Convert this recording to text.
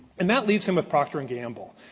and that leaves him with procter and gamble.